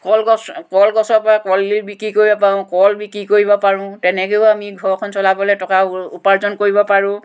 কলগছ কলগছৰ পৰা কলডিল বিক্ৰী কৰিব পাৰোঁ কল বিক্ৰী কৰিব পাৰোঁ তেনেকৈও আমি ঘৰখন চলাবলৈ টকা উপাৰ্জন কৰিব পাৰোঁ